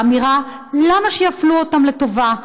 באמירה: למה שיפלו אותם לטובה?